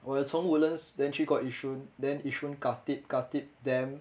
我有从 woodlands then 去过 yishun then yishun khatib khatib then